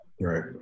right